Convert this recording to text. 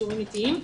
אישורים עתיים,